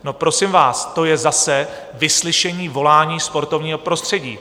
No, prosím vás, to je zase vyslyšení volání sportovního prostředí.